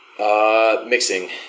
Mixing